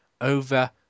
over